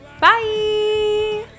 bye